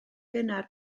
gynnar